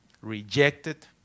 rejected